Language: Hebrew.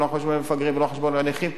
לא על חשבון המפגרים ולא על חשבון הנכים.